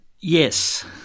Yes